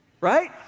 right